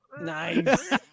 Nice